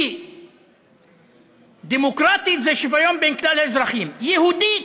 כי דמוקרטית זה שוויון בין כלל האזרחים, יהודית,